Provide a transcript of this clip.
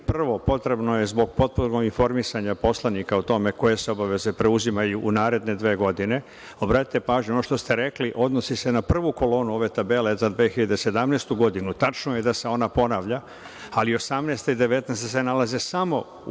Prvo, potrebno je zbog potpunog informisanja poslanika o tome koje se obaveze preuzimaju u naredne dve godine. Obratite pažnju, ono što ste rekli odnosi se na prvu kolonu ove tabele za 2017. godinu. Tačno je da se ona ponavlja, ali 2018. i 2019. se nalaze samo u